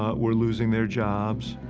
ah were losing their jobs,